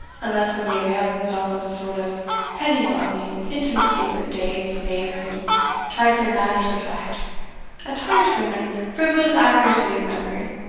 unless when he avails himself of a sort of pettifogging intimacy with dates, names, and trifling matters of fact a tiresome and frivolous accuracy of memory,